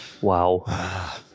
wow